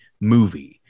movie